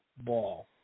ball